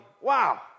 Wow